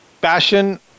Passion